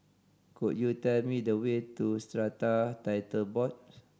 could you tell me the way to Strata Title Board